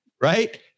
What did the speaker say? right